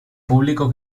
público